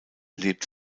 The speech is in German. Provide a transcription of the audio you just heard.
lebt